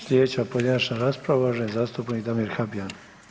Sljedeća pojedinačna rasprava uvaženi zastupnik Damir Habijan.